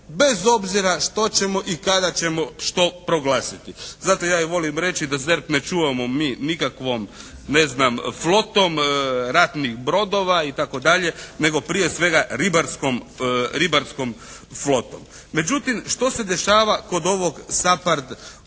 bez obzira što ćemo i kada ćemo što proglasiti. Zato ja i volim reći da ZERP ne čuvamo mi nikakvom ne znam flotom, ratnih brodova itd. nego prije svega ribarskom flotom. Međutim, što se dešava kod ovog SAPARD programa?